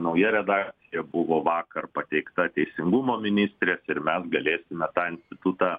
nauja redakcija buvo vakar pateikta teisingumo ministrės ir mes galėsime tą institutą